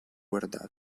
guardate